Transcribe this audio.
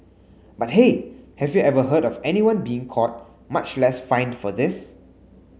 but hey have you ever heard of anyone being caught much less fined for this